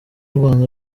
rwanda